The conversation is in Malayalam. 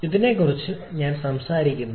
ഇതിനെക്കുറിച്ചാണ് ഞാൻ സംസാരിക്കുന്നത്